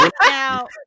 Now